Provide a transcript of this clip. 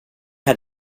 had